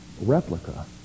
replica